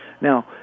Now